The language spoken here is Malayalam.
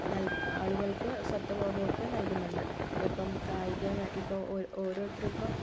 നൽ ആളുകൾക്ക് സ്വത്വ ബോധം ഒക്കെ നൽകുന്നുണ്ട് ഇപ്പം കായികം ഇപ്പോൾ ഓരോ ഓരോരുത്തർ ഇപ്പോൾ